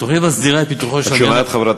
התוכנית מסדירה את פיתוחו של הגן, את שומעת, חברת